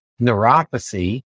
neuropathy